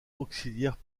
auxiliaires